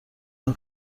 این